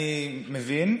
אני מבין,